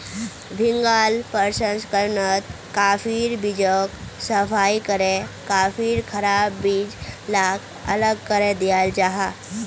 भीन्गाल प्रशंस्कर्नोत काफिर बीजोक सफाई करे काफिर खराब बीज लाक अलग करे दियाल जाहा